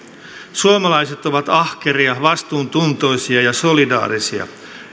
suomalaiset ovat ahkeria vastuuntuntoisia ja solidaarisia